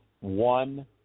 one